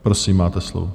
Prosím, máte slovo.